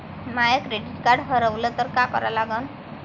माय credit card हारवलं तर काय करा लागन?